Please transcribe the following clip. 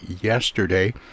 yesterday